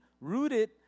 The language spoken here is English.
rooted